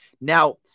Now